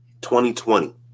2020